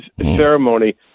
ceremony